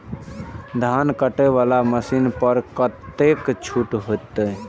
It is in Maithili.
धान कटे वाला मशीन पर कतेक छूट होते?